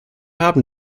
haben